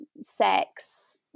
sex